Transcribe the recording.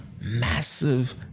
massive